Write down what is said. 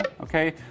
okay